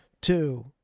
Two